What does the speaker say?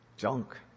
Junk